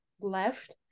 left